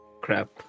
crap